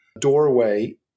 doorway